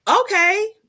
okay